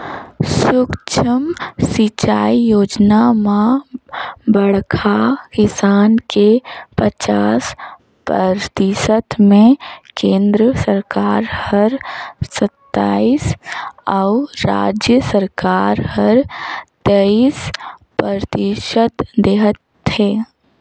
सुक्ष्म सिंचई योजना म बड़खा किसान के पचास परतिसत मे केन्द्र सरकार हर सत्तइस अउ राज सरकार हर तेइस परतिसत देहत है